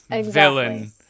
villain